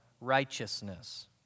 righteousness